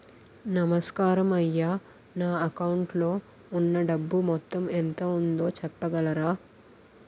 నమస్కారం అయ్యా నా అకౌంట్ లో ఉన్నా డబ్బు మొత్తం ఎంత ఉందో చెప్పగలరా?